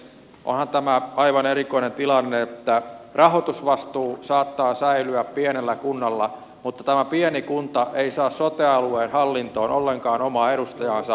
onhan tämä aivan erikoinen tilanne että rahoitusvastuu saattaa säilyä pienellä kunnalla mutta tämä pieni kunta ei saa sote alueen hallintoon ollenkaan omaa edustajaansa